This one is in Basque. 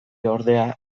ordea